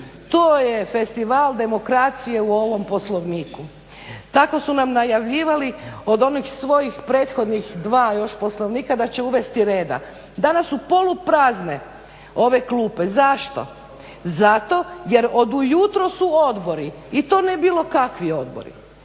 To je festival demokracije u ovom Poslovniku. Tako su nam najavljivali od onih svojih prethodnih dva još Poslovnika da će uvesti reda. Danas su poluprazne ove klupe. Zašto? Zato jer od ujutro su odbori i to ne bilo kakvi odbori,